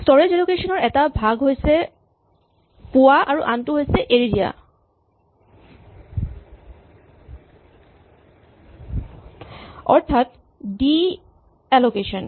storage allocation ৰ এটা ভাগ হৈছে পোৱা আৰু আনটো হৈছে এৰি দিয়া অৰ্থাৎ ডি এলকেচন